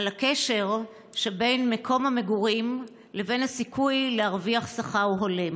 על הקשר שבין מקום המגורים לבין הסיכוי להרוויח שכר הולם.